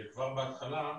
שכבר בהתחלה,